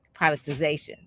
productization